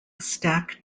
stack